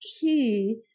key